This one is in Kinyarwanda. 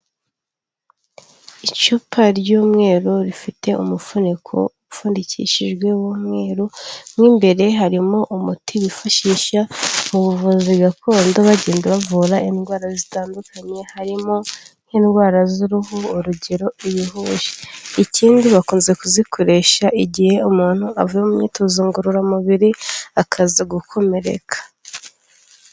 Icupa ry'umweru rifite umufuniko ufundikishijwe w'umweru mo imbere harimo umuti wifashisha mu buvuzi gakondo, bagenda bavura indwara zitandukanye harimo nk'indwara z'uruhu, urugero; ibihushi, ikindi bakunze kuzikoresha igihe umuntu ava mu myitozo ngororamubiri akaza gukomereka.